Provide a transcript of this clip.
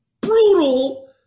brutal